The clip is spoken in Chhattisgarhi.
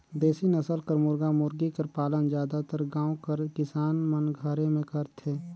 देसी नसल कर मुरगा मुरगी कर पालन जादातर गाँव कर किसान मन घरे में करथे